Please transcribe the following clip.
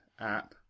app